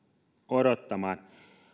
odottamaan